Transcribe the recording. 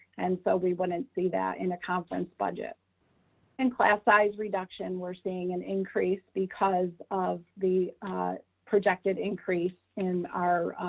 and so we wouldn't see that in a conference budget and class size reduction, we're seeing an increase because of the projected increase in our